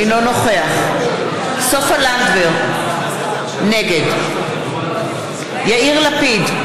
אינו נוכח סופה לנדבר, נגד יאיר לפיד,